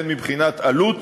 הן מבחינת עלות